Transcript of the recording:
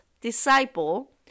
disciple